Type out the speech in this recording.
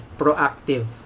proactive